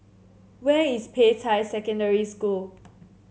where is Peicai Secondary School